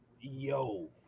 yo